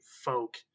folk